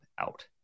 out